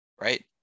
Right